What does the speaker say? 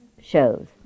shows